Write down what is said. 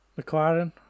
McLaren